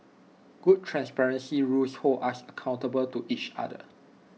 good transparency rules hold us accountable to each other